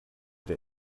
der